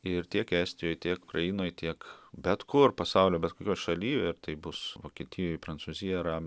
ir tiek estijoj tiek ukrainoj tiek bet kur pasaulio bet kokioj šaly ar tai bus vokietijoj prancūzija ar